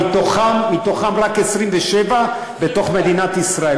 מתוכם רק 27 הגיעו לתוך מדינת ישראל.